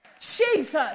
Jesus